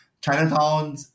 Chinatown